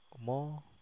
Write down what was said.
more